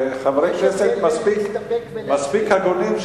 וחברי כנסת מספיק הגונים,